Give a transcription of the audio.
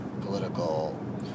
political